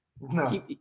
no